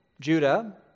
Judah